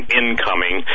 incoming